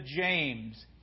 James